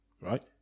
right